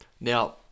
now